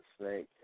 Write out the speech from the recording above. snake